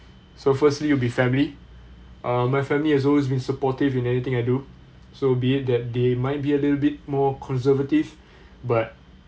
so firstly it'll be family uh my family has always been supportive in everything I do so be it that they might be a little bit more conservative but